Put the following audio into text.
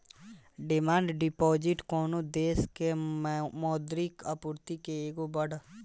demand deposit कवनो देश के मौद्रिक आपूर्ति के एगो बड़ हिस्सा होला